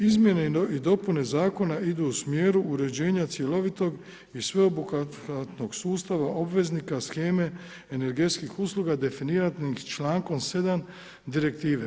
Izmjene i dopune Zakona idu u smjeru uređenja cjelovitog i sveobuhvatnog sustava obveznika sheme energetskih usluga definiranih člankom 7. direktive.